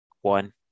one